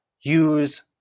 use